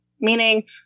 meaning